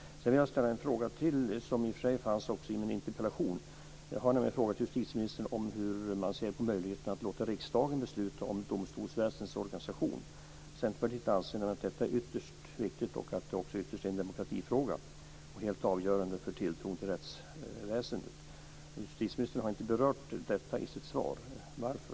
Jag har en fråga till som jag vill ställa till justitieministern. Den fanns i och för sig också i min interpellation. Hur ser man på möjligheterna att låta riksdagen besluta om domstolsväsendets organisation? Centerpartiet anser att detta är ytterst viktigt och att det också i högsta grad är en demokratifråga. Dessutom är det helt avgörande för tilltron till rättsväsendet. Justitieministern har inte berört detta i sitt svar, varför?